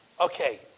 Okay